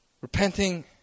Repenting